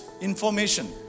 information